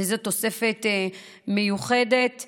וזו תוספת מיוחדת,